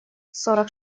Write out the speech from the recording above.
сорок